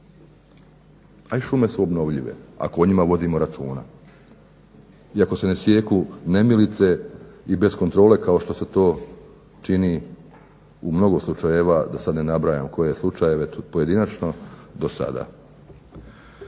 a i šume su obnovljive ako o njima vodimo računa i ako se ne sijeku nemilice i bez kontrole kao što se to čini u mnogo slučajeva, da sad ne nabrajam koje slučajeve pojedinačno, do sada.